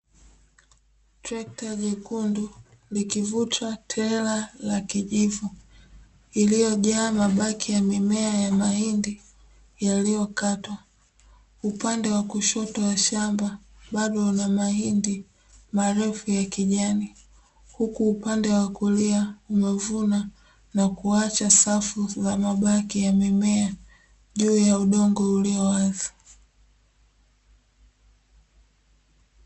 Trekta jekundu likivuta tela la kijivu, iliyojaza mabaki ya mimea ya mahindi yaliyokatwa. Upande wa kushoto wa shamba bado una mahindi marefu ya kijani, huku upande wa kulia huvuna na kuacha safu za mabaki ya mimea juu ya udongo ulio wazi.